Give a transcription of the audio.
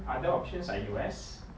other options are U_S